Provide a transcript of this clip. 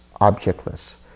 objectless